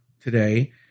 today